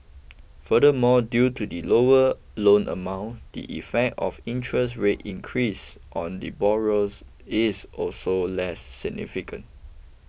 furthermore due to the lower loan amount the effect of interest rate increases on the borrowers is also less significant